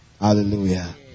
Hallelujah